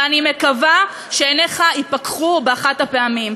ואני מקווה שעיניך ייפקחו באחת הפעמים.